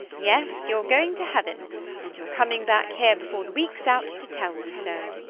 yes you're going to heaven and you're coming back here before the week's out to tell me so.